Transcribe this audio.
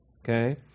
Okay